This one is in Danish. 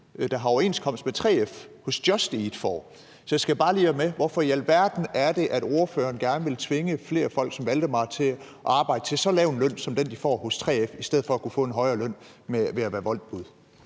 der har overenskomst med 3F, får. Jeg skal bare lige høre: Hvorfor i alverden er det, at ordføreren gerne vil tvinge flere folk som Valdemar til at arbejde til så lav en løn som den, de får hos et firma, der har overenskomst med 3F, i stedet for at kunne få en højere løn ved at være Woltbude?